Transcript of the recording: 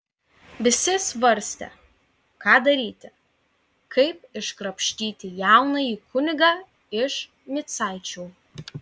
visi svarstė ką daryti kaip iškrapštyti jaunąjį kunigą iš micaičių